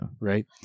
Right